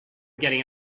getting